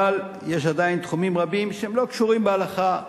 אבל עדיין יש תחומים רבים שהם לא קשורים בהלכה.